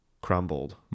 crumbled